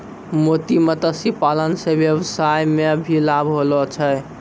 मोती मत्स्य पालन से वेवसाय मे भी लाभ होलो छै